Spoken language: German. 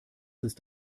ist